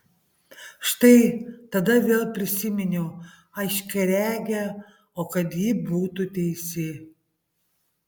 štai tada vėl prisiminiau aiškiaregę o kad ji būtų teisi